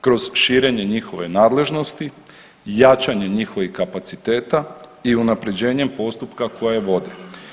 Kroz širenje njihove nadležnosti, jačanje njihovih kapaciteta i unapređenjem postupka koje vode.